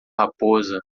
raposa